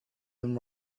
them